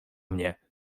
mnie